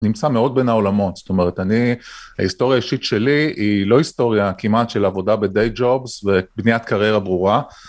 נמצא מאוד בין העולמות, זאת אומרת אני, ההיסטוריה האישית שלי היא לא היסטוריה כמעט של עבודה ב-day jobs ובניית קריירה ברורה